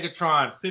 Megatron